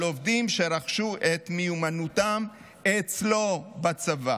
לעובדים שרכשו את מיומנותם אצלו בצבא.